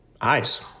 eyes